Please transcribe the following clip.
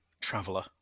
traveler